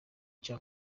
cya